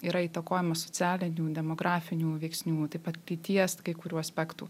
yra įtakojamas socialinių demografinių veiksnių taip pat lyties kai kurių aspektų